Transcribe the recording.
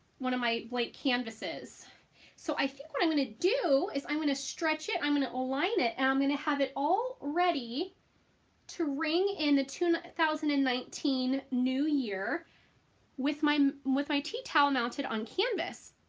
one of my blank canvases so i think what i'm gonna do is i'm gonna stretch it i'm gonna align it and i'm gonna have it all ready to ring in the two thousand and nineteen new year with my with my tea towel mounted on canvas,